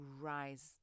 rise